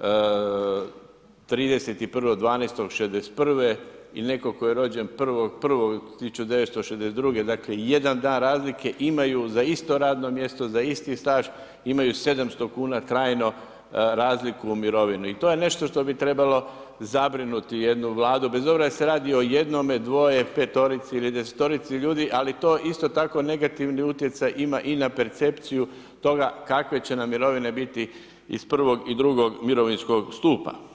31.12.'61. i netko tko je rođen 1.1.1962. dakle jedan dan razlike, imaju za isto radno mjesto, za isti staž imaju 700 kuna trajno razliku u mirovini i to je nešto što bi trebalo zabrinuti jednu Vladu, bez obzira jer se radi o jednome, dvoje, petorici ili desetorici ljudi, ali to isto tako negativni utjecaj ima i na percepciju toga kakve će nam mirovine biti iz I. i II. mirovinskog stupa.